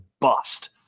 bust